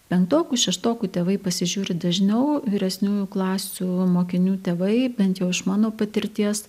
penktokų šeštokų tėvai pasižiūri dažniau vyresniųjų klasių mokinių tėvai bent jau iš mano patirties